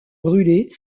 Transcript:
brûlés